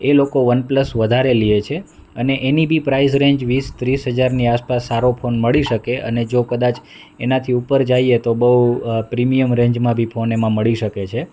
એ લોકો OnePlus વધારે લે છે અને એની બી પ્રાઇસ રેન્જ વીસ ત્રીસ હજારની આસપાસ સારો ફોન મળી શકે અને જો કદાચ એનાથી ઉપર જાઈએ તો બહુ પ્રીમિયમ રેન્જમાં બી ફોન એમાં મળી શકે છે